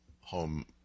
home